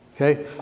Okay